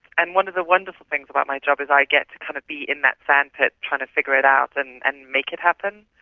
and one of the wonderful things about my job is i get to kind of be in that sandpit, trying to figure it out and and make it happen.